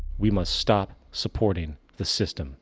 we must stop supporting the system